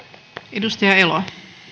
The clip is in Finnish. arvoisa